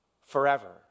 forever